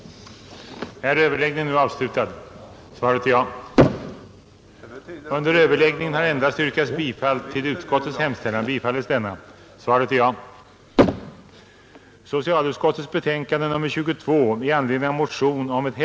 Överläggningen var härmed slutad.